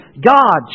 God